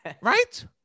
right